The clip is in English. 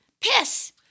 Piss